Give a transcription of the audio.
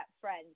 friends